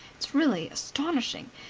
it's really astonishing.